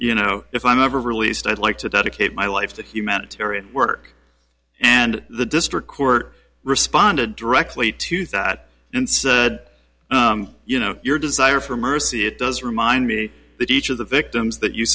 you know if i'm ever released i'd like to dedicate my life to humanitarian work and the district court responded directly to thought and said you know your desire for mercy it does remind me that each of the victims that you